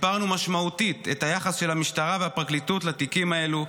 שיפרנו משמעותית את היחס של המשטרה והפרקליטות לתיקים האלו.